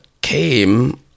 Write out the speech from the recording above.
came